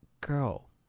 girl